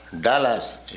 Dallas